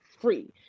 free